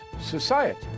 society